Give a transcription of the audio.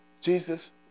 Jesus